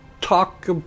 talk